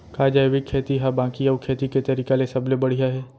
का जैविक खेती हा बाकी अऊ खेती के तरीका ले सबले बढ़िया हे?